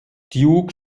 duke